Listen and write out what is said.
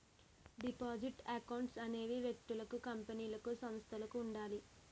deposit accounts అనేవి వ్యక్తులకు కంపెనీలకు సంస్థలకు ఉండాలి